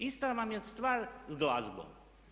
Ista vam je stvar sa glazbom.